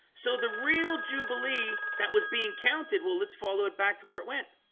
so the real jubilee that was being counted. well, let's follow it back to where it went